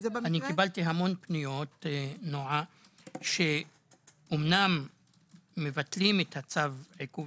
קיבלתי המון פניות שאמנם מבטלים את צו עיכוב